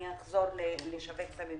אני אצטרך לחזור לשווק סמים.